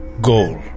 goal